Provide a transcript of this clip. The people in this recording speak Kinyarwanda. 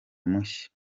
mushya